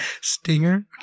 Stinger